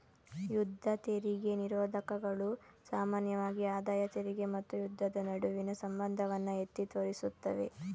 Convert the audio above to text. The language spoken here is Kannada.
ಯುದ್ಧ ತೆರಿಗೆ ನಿರೋಧಕಗಳು ಸಾಮಾನ್ಯವಾಗಿ ಆದಾಯ ತೆರಿಗೆ ಮತ್ತು ಯುದ್ಧದ ನಡುವಿನ ಸಂಬಂಧವನ್ನ ಎತ್ತಿ ತೋರಿಸುತ್ತವೆ